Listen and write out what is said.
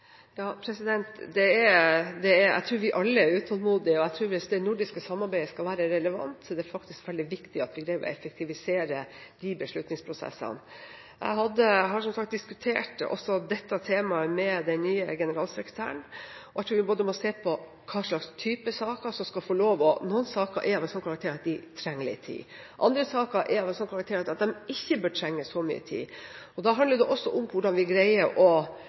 Jeg tror vi alle er utålmodige, og jeg tror at hvis det nordiske samarbeidet skal være relevant, er det veldig viktig at vi greier å effektivisere beslutningsprosessene. Jeg har som sagt diskutert også dette temaet med den nye generalsekretæren, og jeg tror vi må se på typen saker – noen saker er av en slik karakter at de trenger litt tid, andre saker er av en slik karakter at de ikke burde trenge så mye tid. Da handler det også om hvordan vi greier å